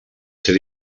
ser